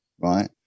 right